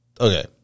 okay